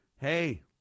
Hey